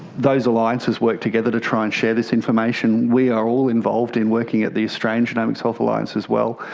those alliances work together to try and share this information. we are all involved in working at the australian genomics health alliance as well.